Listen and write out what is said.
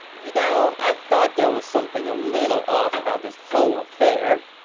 you know, i thought there was something a little off about this whole affair.